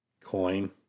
Coin